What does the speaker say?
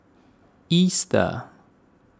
Easter